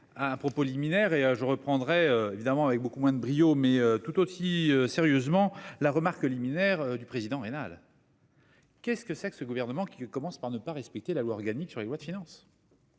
un propos liminaire et je reprendrais évidemment avec beaucoup moins de brio mais tout aussi sérieusement la remarque liminaire du président. Qu'est-ce que c'est que ce gouvernement qui commence par ne pas respecter la loi organique sur les lois de finances.